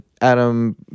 Adam